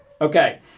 Okay